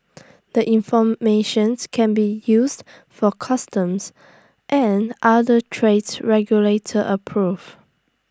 the informations can be used for customs and other trade regulator approve